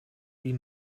die